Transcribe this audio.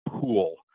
pool